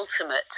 ultimate